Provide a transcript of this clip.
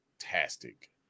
fantastic